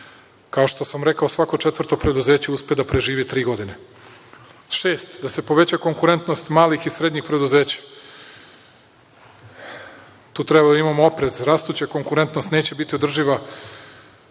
Kao što sam rekao, svako četvrto preduzeće uspe da preživi tri godine. Šest – da se poveća konkurentnost malih i srednjih preduzeća. Tu treba da imamo oprez. Rastuća konkurentnost neće biti održiva